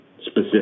specific